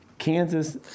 Kansas